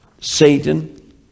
Satan